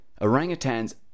orangutans